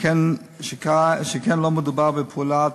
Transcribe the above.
שכן לא מדובר בפעולה